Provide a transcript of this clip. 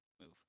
move